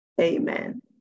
Amen